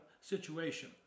situation